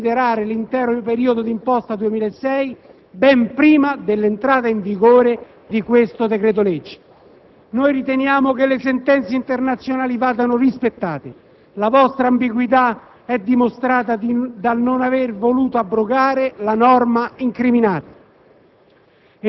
per considerare l'intero periodo di imposta 2006 ben prima dell'entrata in vigore di tale decreto-legge. Riteniamo che le sentenze internazionali vadano rispettate. La vostra ambiguità è dimostrata dal non aver voluto abrogare la norma incriminata.